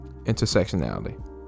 Intersectionality